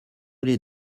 les